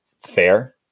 fair